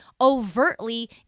overtly